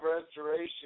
restoration